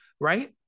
right